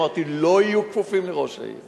אמרתי: לא יהיו כפופים לראש העיר.